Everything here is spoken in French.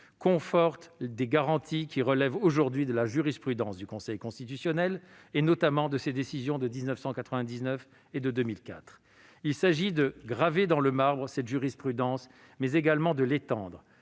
conforte des garanties qui relèvent aujourd'hui de la jurisprudence du Conseil constitutionnel, et notamment de ses décisions de 1999 et de 2004. Il s'agit de « graver dans le marbre » cette jurisprudence, mais également de l'étendre.